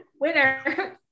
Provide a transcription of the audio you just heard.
Winner